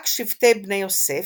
רק שבטי בני יוסף,